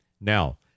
Now